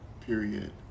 Period